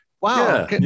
wow